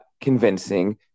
convincing